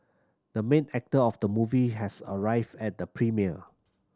the main actor of the movie has arrived at the premiere